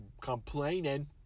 complaining